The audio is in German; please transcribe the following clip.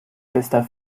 bester